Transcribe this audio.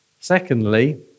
Secondly